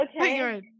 okay